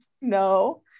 no